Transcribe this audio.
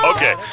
Okay